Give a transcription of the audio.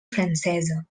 francesa